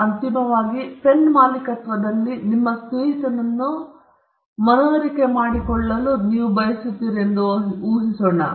ಈಗ ಅಂತಿಮವಾಗಿ ನಿಮ್ಮ ಪೆನ್ ಮಾಲೀಕತ್ವದಲ್ಲಿ ನಿಮ್ಮ ಸ್ನೇಹಿತನನ್ನು ಮನವರಿಕೆ ಮಾಡಿಕೊಳ್ಳೋಣ ಎಂದು ನಾವು ಊಹಿಸೋಣ